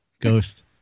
Ghost